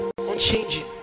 unchanging